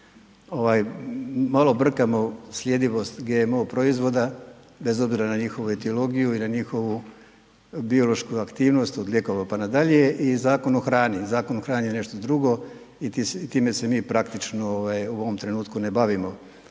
Malo brkamo sljedivost GMO proizvoda, bez obzira na njihovu etiologiju i na njihovu biološku aktivnost od lijekova pa na dalje i Zakon o hrani. Zakon o hrani je nešto drugo i time se mi praktički u ovome trenutku ne bavimo.